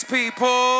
people